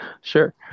Sure